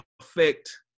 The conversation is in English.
affect